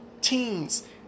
teens